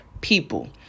people